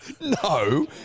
No